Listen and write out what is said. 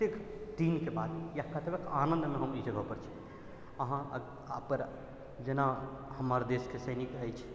कतेक दिनके बाद या कतेक आनन्दमे ई जगह पर छी अहाँ अपन जेना हमर देशके सैनिक अछि